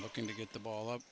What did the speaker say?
looking to get the ball up